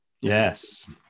Yes